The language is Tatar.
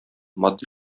матди